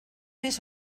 més